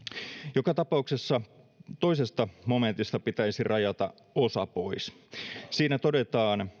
joka tapauksessa toisesta momentista pitäisi rajata osa pois siinä todetaan